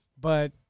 but-